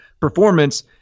performance